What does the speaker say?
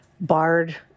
barred